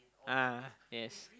ah yes